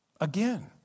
again